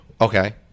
Okay